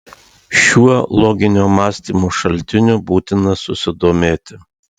šiuo loginio mąstymo šaltiniu būtina susidomėti